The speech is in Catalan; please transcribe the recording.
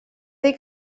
dir